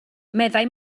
meddai